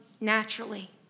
naturally